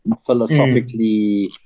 philosophically